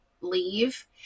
leave